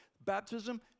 baptism